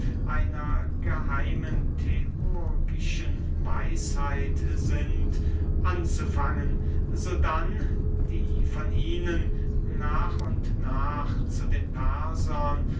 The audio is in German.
einer geheimen theurgischen weisheit sind anzufangen sodann die von ihnen nach und nach zu den